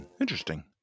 Interesting